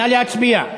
נא להצביע.